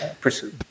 pursue